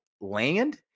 land